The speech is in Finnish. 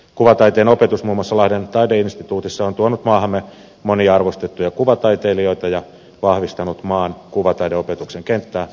kuvataiteen opetus muun muassa lahden taideinstituutissa on tuonut maahamme monia arvostettuja kuvataiteilijoita ja vahvistanut maan kuvataideopetuksen kenttää ammattikorkeakouluasteella